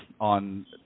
on